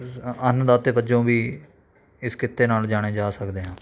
ਅੰਨਦਾਤੇ ਵੱਜੋਂ ਵੀ ਇਸ ਕਿੱਤੇ ਨਾਲ ਜਾਣੇ ਜਾ ਸਕਦੇ ਹਾਂ